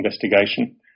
investigation